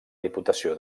diputació